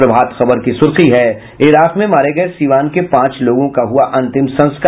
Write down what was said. प्रभात खबर की सुर्खी है इराक में मारे गये सीवान के पांच लोगों का हुआ अंतिम संस्कार